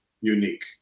unique